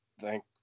thank